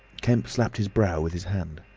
kemp slapped his brow with his hand.